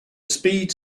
speed